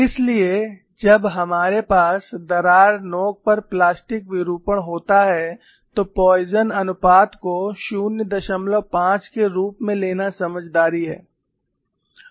इसलिए जब हमारे पास दरार नोक पर प्लास्टिक विरूपण होता है तो पोइसन अनुपात को 05 के रूप में लेना समझदारी है